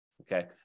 Okay